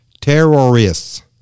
Terrorists